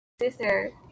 sister